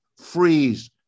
freeze